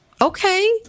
Okay